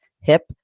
hip